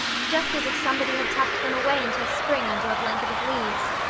just as if somebody had tucked them away until spring under a blanket of leaves.